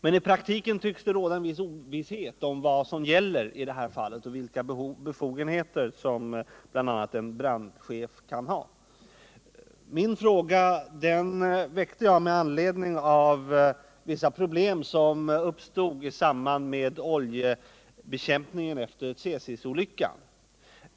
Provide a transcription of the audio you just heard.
Men i praktiken tycks det råda en viss ovisshet om vad som gäller i det här fallet och om vilka befogenheter som bl.a. en brandchef kan ha. Jag framställde min fråga med anledning av vissa problem som uppstod i samband med oljebekämpningen efter Tsesisolyckan.